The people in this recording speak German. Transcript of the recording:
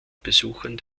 besuchern